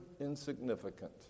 insignificant